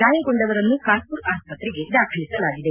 ಗಾಯಗೊಂಡವರನ್ನು ಕಾನ್ಪುರ್ ಆಸ್ಪತ್ರೆಗೆ ದಾಖಲಿಸಲಾಗಿದೆ